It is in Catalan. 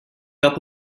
cap